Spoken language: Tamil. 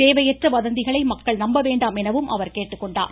தேவையற்ற வதந்திகளை மக்கள் நம்ப வேண்டாம் என அவர் கேட்டுக்கொண்டார்